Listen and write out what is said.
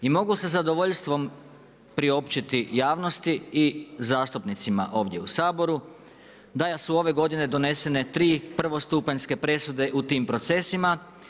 I mogu sa zadovoljstvom priopćiti javnosti i zastupnicima, ovdje u Saboru, da su ove godine donesene tri prvostupanjske presude u tim procesima.